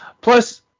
Plus